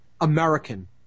American